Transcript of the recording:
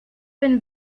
been